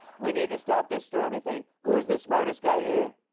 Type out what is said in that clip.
we need to stop this stormy thing. who's the smartest guy here?